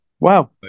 Wow